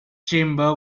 chamber